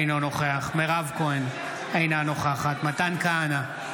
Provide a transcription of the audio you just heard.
אינו נוכח מירב כהן, אינה נוכחת מתן כהנא,